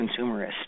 consumerist